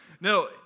No